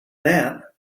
that